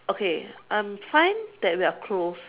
okay I'm fine that we are close